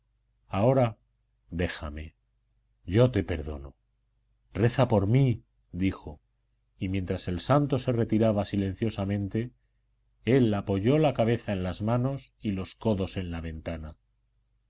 ahora déjame yo te perdono reza por mí dijo y mientras el santo se retiraba silenciosamente él apoyó la cabeza en las manos y los codos en la ventana